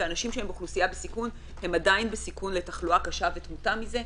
ואנשים שהם אוכלוסייה בסיכון הם עדיין בסיכון לתחלואה קשה ותמותה מזה,